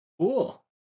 Cool